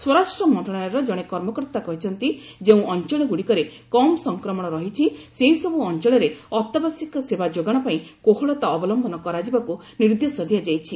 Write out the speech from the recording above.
ସ୍ୱରାଷ୍ଟ୍ର ମନ୍ତ୍ରଣାଳୟର ଜଣେ କର୍ମକର୍ତ୍ତା କହିଛନ୍ତି ଯେଉଁ ଅଞ୍ଚଳଗୁଡ଼ିକରେ କମ୍ ସଂକ୍ରମଣ ରହିଛି ସେହିସବୁ ଅଞ୍ଚଳରେ ଅତ୍ୟାବଶ୍ୟକ ସେବା ଯୋଗାଣ ପାଇଁ କୋହଳତା ଅବଲମ୍ଭନ କରାଯିବାକୁ ନିର୍ଦ୍ଦେଶ ଦିଆଯାଇଛି